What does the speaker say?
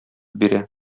бирә